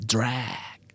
Drag